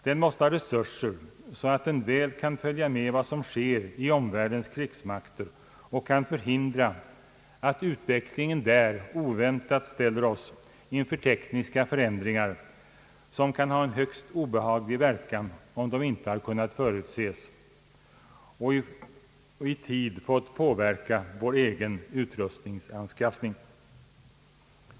Den måste ha resurser, så att den väl kan följa med vad som sker i omvärldens krigsmakter och så att den kan förhindra att utvecklingen där oväntat ställer oss inför tekniska förändringar, som kan ha en högst obehaglig verkan om de inte har kunnat förutses och i tid fått påverka vår egen utrustningsanskaffning.